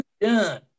done